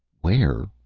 where?